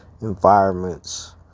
environments